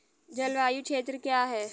जलवायु क्षेत्र क्या है?